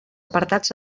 apartats